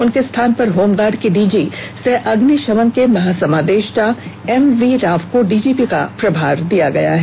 उनके स्थान पर होमगार्ड के डीजी सह अग्निशमन के महासमादेष्टा एमवी राव को डीजीपी का प्रभार दिया गया है